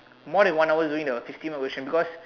more than one hour doing the fifteen mark question because